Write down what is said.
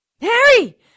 Harry